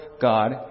God